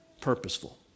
purposeful